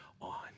on